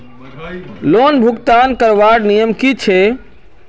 Loan भुगतान करवार नियम की छे?